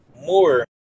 More